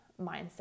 mindset